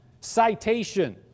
citation